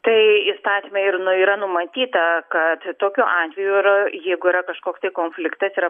tai įstatyme ir nu yra numatyta kad tokiu atveju ir jeigu yra kažkoks tai konfliktas yra